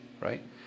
right